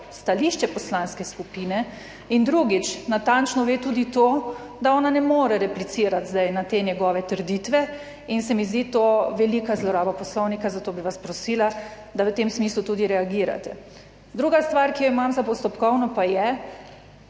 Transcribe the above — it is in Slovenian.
(Nadaljevanje) In drugič, natančno ve tudi to, da ona ne more replicirati zdaj na te njegove trditve in se mi zdi to velika zloraba Poslovnika, zato bi vas prosila, da v tem smislu tudi reagirate. Druga stvar, ki jo imam za postopkovno pa je